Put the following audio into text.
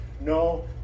No